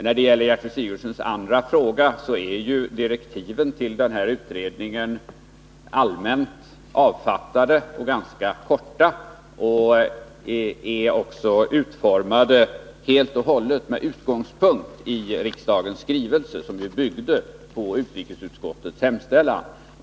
Gertrud Sigurdsen frågade vidare om direktiven för utredningen. De är allmänt avfattade och ganska korta och är också utformade helt och hållet med utgångspunkt i riksdagens skrivelse, som ju byggde på utrikesutskottets hemställan.